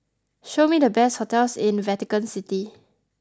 show me the best hotels in Vatican City